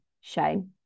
shame